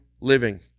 living